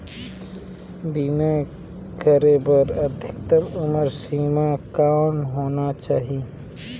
बीमा करे बर अधिकतम उम्र सीमा कौन होना चाही?